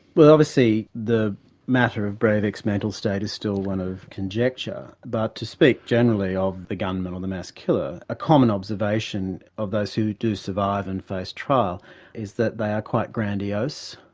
well, obviously the matter of breivik's mental state is still one of conjecture, but to speak generally of the gunman or the mass killer, a common observation of those who do survive and face trial is that they are quite grandiose.